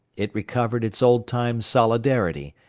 it recovered its old-time solidarity,